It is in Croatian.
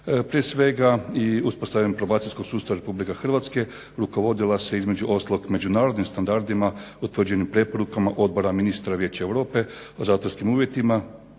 Prije svega i uspostavom probacijskog sustava Republike Hrvatske rukovodila se između ostalog međunarodnim standardima, utvrđenim preporukama Odbora ministra Vijeća Europe o zatvorskim uvjetima,